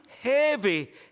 heavy